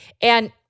And-